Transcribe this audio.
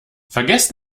vergesst